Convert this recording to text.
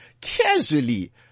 casually